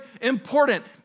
important